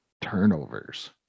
turnovers